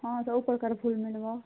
ହଁ ସବୁପ୍ରକାର ଫୁଲ ମିଳିବ